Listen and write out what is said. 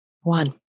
one